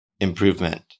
improvement